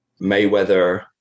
Mayweather